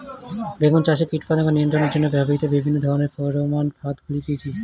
বেগুন চাষে কীটপতঙ্গ নিয়ন্ত্রণের জন্য ব্যবহৃত বিভিন্ন ধরনের ফেরোমান ফাঁদ গুলি কি কি?